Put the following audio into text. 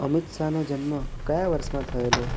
અમિત શાહનો જન્મ કયા વર્ષમાં થયેલો